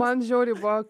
man žiauriai buvo